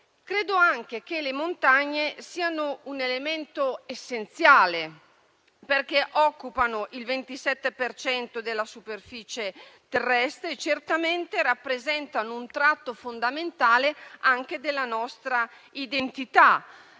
Credo anche che le montagne siano un elemento essenziale perché occupano il 27 per cento della superficie terrestre, e certamente rappresentano un tratto fondamentale anche della nostra identità.